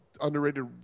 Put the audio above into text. underrated